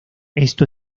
esto